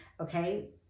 okay